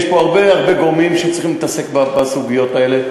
יש פה הרבה הרבה גורמים שצריכים להתעסק בסוגיות האלה,